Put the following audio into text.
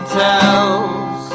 tells